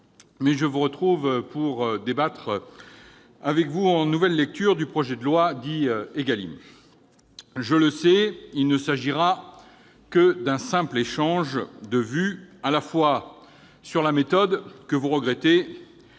dans cette enceinte pour débattre en nouvelle lecture du projet de loi dit « ÉGALIM ». Je le sais, il ne s'agira que d'un simple échange de vues, à la fois sur la méthode, que vous regrettez,